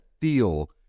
feel